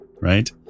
Right